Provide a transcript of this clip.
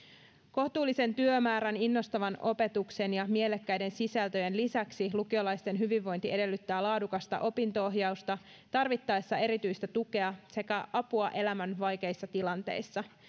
kohtuullisen työmäärän innostavan opetuksen ja mielekkäiden sisältöjen lisäksi lukiolaisten hyvinvointi edellyttää laadukasta opinto ohjausta tarvittaessa erityistä tukea sekä apua elämän vaikeissa tilanteissa